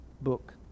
book